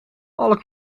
alle